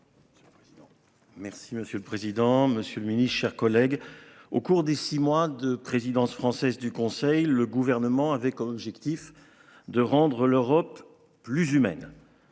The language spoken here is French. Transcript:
Merci monsieur le président, Monsieur le Ministre, chers collègues. Au cours des 6 mois de présidence française du Conseil. Le gouvernement avait comme objectif de rendre l'Europe plus humaine.